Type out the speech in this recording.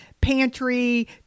pantry